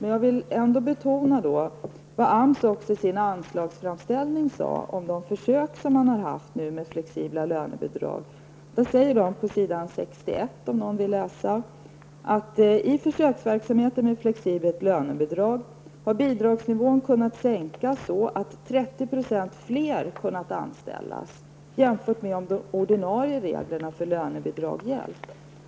Men jag vill betona vad AMS sade i sin anslagsframställning om de försök som man nu har gjort med flexibla lönebidrag. Man säger på s. 61: ''I försöksverksamheten med flexibelt lönebidrag har bidragsnivån kunnat sänkas så att 30 % fler kunnat anställas jämfört med om de ordinarie reglerna för lönebidrag gällt.''